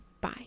bye